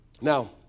Now